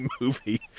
movie